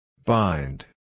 Bind